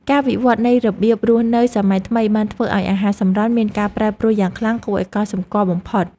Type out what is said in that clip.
ការវិវត្តនៃរបៀបរស់នៅសម័យថ្មីបានធ្វើឱ្យអាហារសម្រន់មានការប្រែប្រួលយ៉ាងខ្លាំងគួរឱ្យកត់សម្គាល់បំផុត។